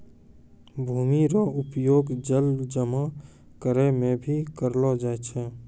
भूमि रो उपयोग जल जमा करै मे भी करलो जाय छै